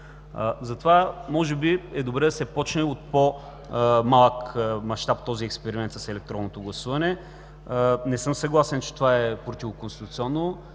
Затова може би е добре да се почне от по-малък мащаб този експеримент с електронното гласуване. Не съм съгласен, че това е противоконституционно.